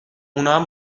اونام